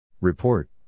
Report